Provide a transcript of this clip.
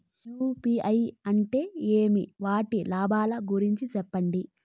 UPI అంటే ఏమి? వాటి లాభాల గురించి సెప్పండి?